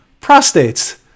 prostates